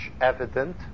evident